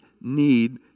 need